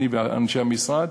אני ואנשי המשרד,